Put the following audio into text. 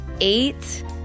eight